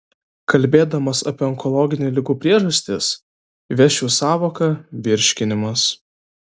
kalbėdamas apie onkologinių ligų priežastis įvesčiau sąvoką virškinimas